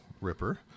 Ripper